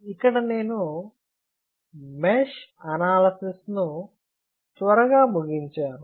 ఇక్కడ నేను mesh analysis ను త్వరగా ముగించాను